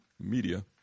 Media